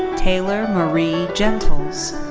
taylor marie gentles.